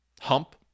hump